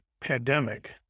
pandemic